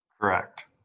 Correct